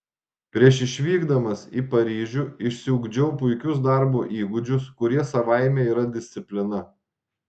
prieš išvykdamas į paryžių išsiugdžiau puikius darbo įgūdžius kurie savaime yra disciplina